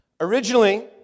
Originally